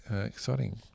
exciting